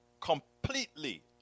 completely